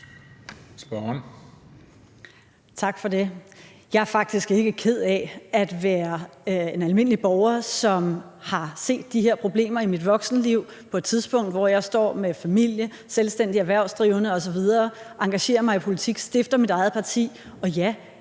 Tak for det. Jeg er faktisk ikke ked af at være en almindelig borger, som har set de her problemer i mit voksenliv på et tidspunkt, hvor jeg står med en familie, er selvstændig erhvervsdrivende osv. Jeg engagerer mig i politik og stifter mit eget parti – og ja,